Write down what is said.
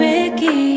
Ricky